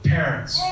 Parents